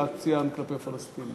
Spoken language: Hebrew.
ואת ציינת "כלפי פלסטינים".